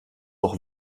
auch